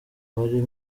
wari